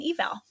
eval